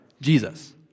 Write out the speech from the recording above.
Jesus